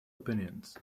opinions